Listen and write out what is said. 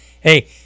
Hey